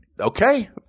Okay